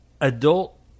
adult